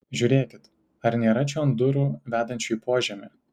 žiūrėkit ar nėra čion durų vedančių į požemį